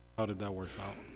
how did that work out?